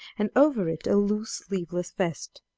and over it a loose sleeveless vest.